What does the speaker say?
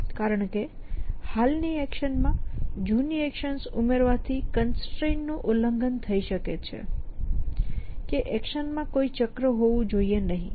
કારણ કે હાલની એક્શનમાં જૂની એક્શન્સ ઉમેરવાથી કન્સ્ટ્રેઈન્ટ્સ નું ઉલ્લંઘન થઈ શકે છે કે એક્શનમાં કોઈ ચક્ર હોવું જોઈએ નહીં